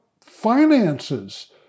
finances